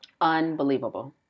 Unbelievable